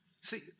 See